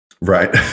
right